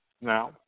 Now